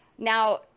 Now